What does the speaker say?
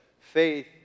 faith